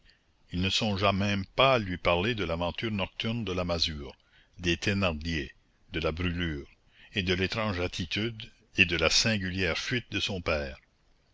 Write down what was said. il ne songea même pas à lui parler de l'aventure nocturne de la masure des thénardier de la brûlure et de l'étrange attitude et de la singulière fuite de son père